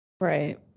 Right